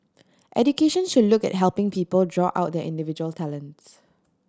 education should look at helping people draw out their individual talents